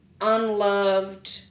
unloved